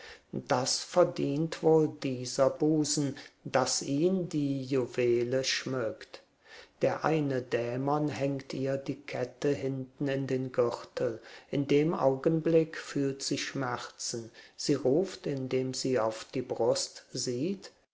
das verdient wohl dieser busen daß ihn die juwele schmückt der eine dämon hängt ihr die kette hinten in den gürtel in dem augenblick fühlt sie schmerzen sie ruft indem sie auf die brust sieht